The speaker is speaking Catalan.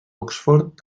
oxford